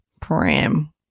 pram